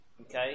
okay